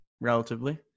relatively